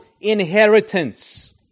inheritance